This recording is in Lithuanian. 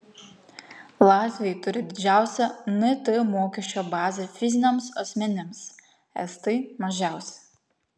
latviai turi didžiausią nt mokesčio bazę fiziniams asmenims estai mažiausią